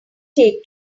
take